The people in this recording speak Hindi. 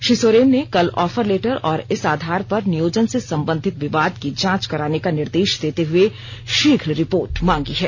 श्रीसोरेन ने कल ऑफर लेटर और इस आधार पर नियोजन से संबंधित विवाद की जांच कराने का निर्देश देते हुए शीघ्र रिपोर्ट मांगी है